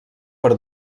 per